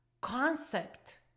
concept